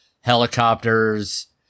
helicopters